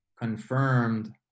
confirmed